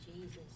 Jesus